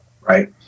right